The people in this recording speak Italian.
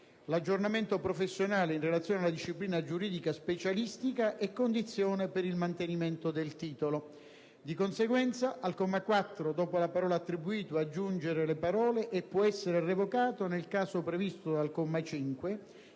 L'aggiornamento professionale in relazione alla disciplina giuridica specialistica è condizione per il mantenimento del titolo». *Di conseguenza al comma 4, dopo la parola*«attribuito» *aggiungere le parole*: «e può essere revocato nel caso previsto dal comma 5»